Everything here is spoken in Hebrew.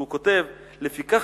שהוא כותב: "לפיכך,